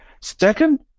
Second